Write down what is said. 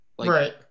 Right